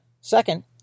Second